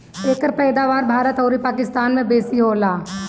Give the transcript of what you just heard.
एकर पैदावार भारत अउरी पाकिस्तान में बेसी होला